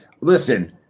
Listen